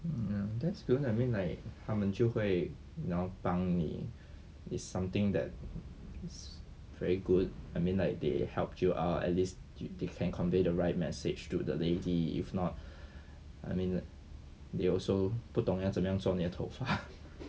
um ya that's good I mean like 他们就会 you know 帮你 is something that it's very good I mean like they helped you out at least they can convey the right message to the lady if not I mean the they also 不懂要怎么样做你的头发